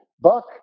Buck